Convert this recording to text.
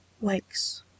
wakes